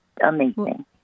amazing